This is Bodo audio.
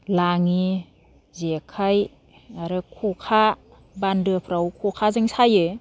लाङि जेखाइ आरो खखा बान्दोफ्राव खखाजों सायो